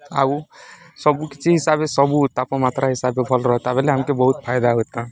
ଆଉ ସବୁକିଛି ହିସାବେ ସବୁ ତାପମାତ୍ରା ହିସାବେ ଭଲ ରହେତା ବଏଲେ ଆମ୍କେ ବହୁତ୍ ଫାଏଦା ହେତା